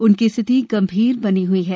उनकी स्थिति गंभीर बनी हई है